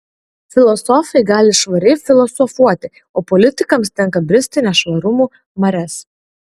filosofai gali švariai filosofuoti o politikams tenka bristi nešvarumų marias